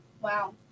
Wow